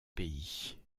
pays